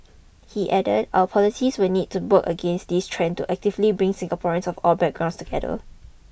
he added our policies will need to book against this trend to actively bring Singaporeans of all background together